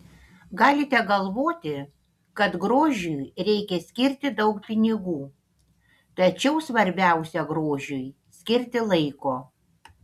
galite galvoti kad grožiui reikia skirti daug pinigų tačiau svarbiausia grožiui skirti laiko